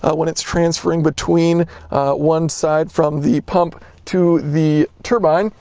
when it's transferring between one side from the pump to the turbine.